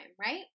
right